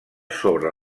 sobre